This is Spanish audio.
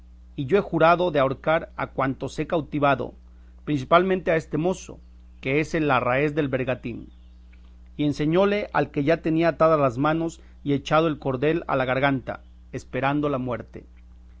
y yo he jurado de ahorcar a cuantos he cautivado principalmente a este mozo que es el arráez del bergantín y enseñóle al que ya tenía atadas las manos y echado el cordel a la garganta esperando la muerte